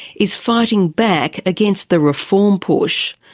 is fighting back against the reform push.